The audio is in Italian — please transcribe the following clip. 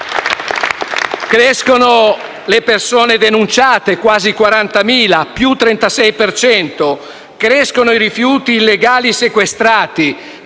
Crescono le persone denunciate (quasi 40.000, più 36 per cento); crescono i rifiuti illegali sequestrati